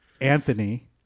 Anthony